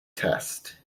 test